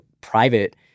private